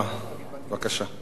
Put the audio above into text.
בבקשה.